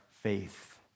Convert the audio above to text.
faith